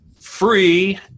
free